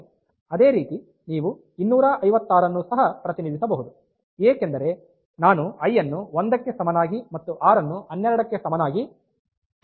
ಅದೇ ರೀತಿ ನೀವು 256 ಅನ್ನು ಸಹ ಪ್ರತಿನಿಧಿಸಬಹುದು ಏಕೆಂದರೆ ನಾನು i ಅನ್ನು 1ಕ್ಕೆ ಸಮನಾಗಿ ಮತ್ತು ಆರ್ ಅನ್ನು 12ಕ್ಕೆ ಸಮನಾಗಿ ತೆಗೆದುಕೊಳ್ಳಬಹುದು